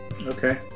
Okay